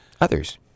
others